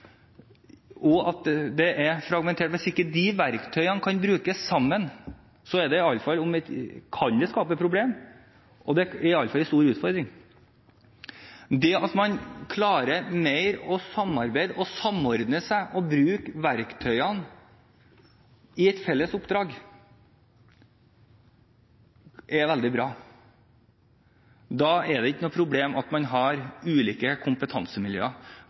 og at det er fragmentert: Hvis disse verktøyene ikke kan brukes sammen, kan det skape problemer. Dette er i alle fall en stor utfordring. Det at man klarer å samarbeide mer, samordne seg og bruke verktøyene i et felles oppdrag, er veldig bra. Da er det ikke noe problem at man har ulike kompetansemiljøer.